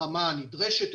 לרמה הנדרשת.